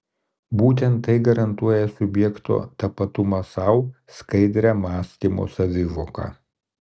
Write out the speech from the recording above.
būtent tai garantuoja subjekto tapatumą sau skaidrią mąstymo savivoką